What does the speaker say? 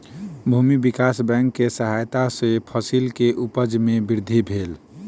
भूमि विकास बैंक के सहायता सॅ फसिल के उपज में वृद्धि भेल